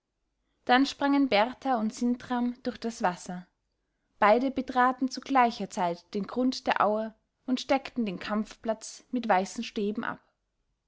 dann sprangen berthar und sintram durch das wasser beide betraten zu gleicher zeit den grund der aue und steckten den kampfplatz mit weißen stäben ab